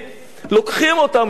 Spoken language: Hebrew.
לוקחים אותם מאיפשהו.